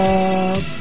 up